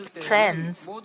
trends